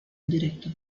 directo